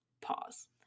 pause